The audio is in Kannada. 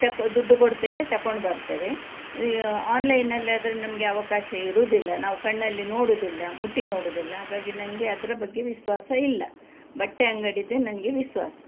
ತಗೊ ದುಡ್ಡು ಕೊಡ್ತೇವೆ ತಕೊಂಡು ಬರ್ತೇವೆ ಆನ್ಲೈನಲ್ಲಾದರೆ ನಮಗೆ ಅವಕಾಶ ಇರೋದಿಲ್ಲ ನಾವು ಕಣ್ಣಲ್ಲಿ ನೋಡೋದಿಲ್ಲ ಮುಟ್ಟಿ ನೋಡೋದಿಲ್ಲ ಹಾಗಾಗಿ ನನಗೆ ಅದರ ಬಗ್ಗೆ ವಿಶ್ವಾಸ ಇಲ್ಲ ಬಟ್ಟೆ ಅಂಗಡಿದೆ ನನಗೆ ವಿಶ್ವಾಸ